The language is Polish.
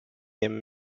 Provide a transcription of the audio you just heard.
jem